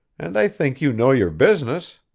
and i think you know your business,